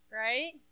right